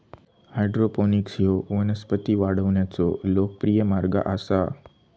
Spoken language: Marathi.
हायड्रोपोनिक्स ह्यो वनस्पती वाढवण्याचो लोकप्रिय मार्ग आसा